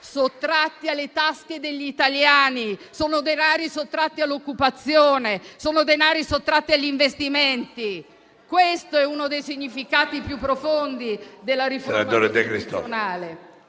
sottratti alle tasche degli italiani. Sono denari sottratti all'occupazione, sono denari sottratti agli investimenti. Questo è uno dei significati più profondi della riforma istituzionale.